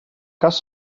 cas